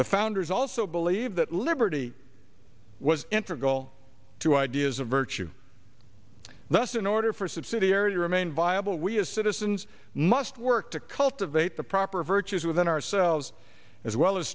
the founders also believed that liberty was in for a goal two ideas of virtue thus in order for subsidiary remain viable we as citizens must work to cultivate the proper virtues within ourselves as well as